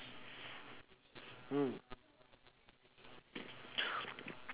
mm